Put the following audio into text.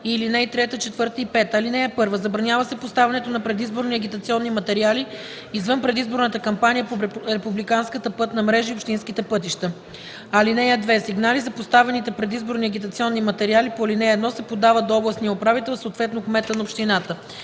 и ал. 3, 4 и 5: „(1) Забранява се поставянето на предизборни агитационни материали извън предизборната кампания по републиканската пътна мрежа и общинските пътища. (2) Сигнали за поставените предизборни агитационни материали по ал. 1 се подават до областния управител, съответно кмета на общината.